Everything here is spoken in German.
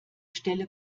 stelle